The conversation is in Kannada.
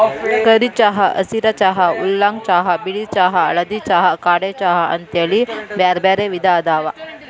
ಕರಿ ಚಹಾ, ಹಸಿರ ಚಹಾ, ಊಲಾಂಗ್ ಚಹಾ, ಬಿಳಿ ಚಹಾ, ಹಳದಿ ಚಹಾ, ಕಾಡೆ ಚಹಾ ಅಂತೇಳಿ ಬ್ಯಾರ್ಬ್ಯಾರೇ ವಿಧ ಅದಾವ